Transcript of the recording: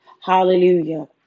Hallelujah